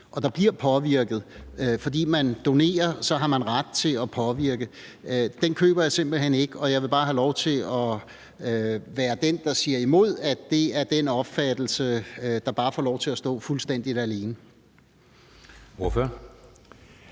og der bliver påvirket – at fordi man donerer, har man ret til at påvirke. Den køber jeg simpelt hen ikke, og jeg vil bare have lov til at være den, der siger det imod, så det ikke er den opfattelse, der bare får lov til at stå fuldstændig alene.